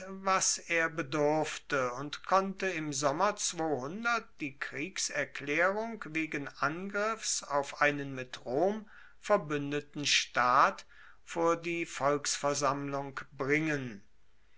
was er bedurfte und konnte im sommer die kriegserklaerung wegen angriffs auf einen mit rom verbuendeten staat vor die volksversammlung bringen